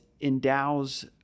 endows